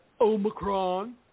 Omicron